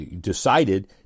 decided